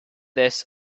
this